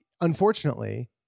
Unfortunately